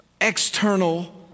external